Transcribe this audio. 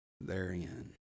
therein